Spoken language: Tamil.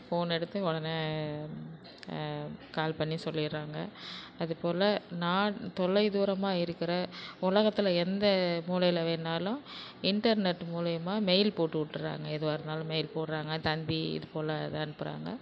ஃபோன் எடுத்து உடனே கால் பண்ணி சொல்லிடுறாங்க அது போல் நான் தொலைத்தூரமாக இருக்கிற உலகத்தில் எந்த மூலையில் வேணுனாலும் இன்டர்நெட் மூலயமா மெயில் போட்டுவிட்றாங்க எதுவாக இருந்தாலும் மெயில் போடுறாங்க தந்தி இது போல் இதாக அனுப்புகிறாங்க